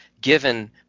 given